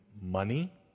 money